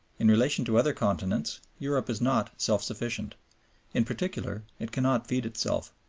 in relation to other continents europe is not self-sufficient in particular it cannot feed itself.